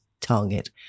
target